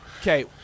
Okay